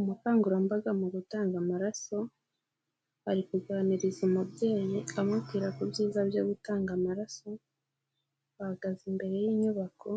Umukangurambaga mu gutanga amaraso, ari kuganiriza umubyeyi amubwira ku byiza byo gutanga amaraso. Bahagaze imbere y'inyubako